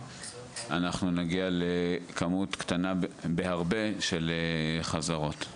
אנחנו נגיע לכמות קטנה בהרבה של חזרות.